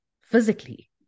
physically